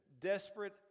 desperate